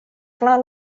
clar